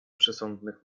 przesądnych